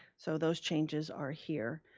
so those changes are here.